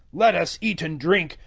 let us eat and drink,